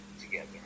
together